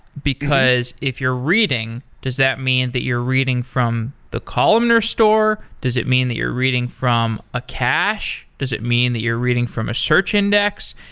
because if you're reading, does that mean that you're reading from the columnar store? does it mean that you're reading from a cache? does it mean that you're reading from a search index,